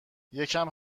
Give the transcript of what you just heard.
یکم